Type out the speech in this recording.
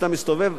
כשאתה מסתובב,